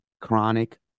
chronic